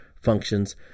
functions